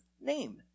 name